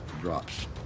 drops